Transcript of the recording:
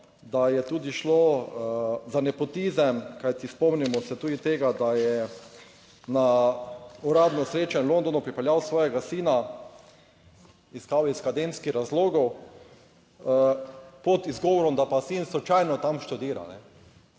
da je tudi šlo za nepotizem, kajti spomnimo se tudi tega, da je na uradno srečanje v Londonu pripeljal svojega sina iz kao akademskih razlogov, pod izgovorom, da pa sin slučajno tam študira.